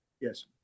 Yes